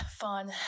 fun